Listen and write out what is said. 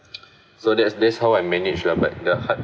so that's that's how I managed lah but the hard